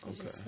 Okay